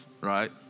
right